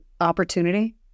opportunity